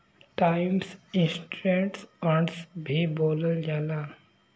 times interest earned भी बोलल जाला